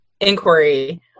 inquiry